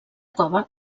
cova